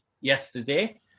yesterday